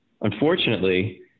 unfortunately